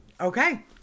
Okay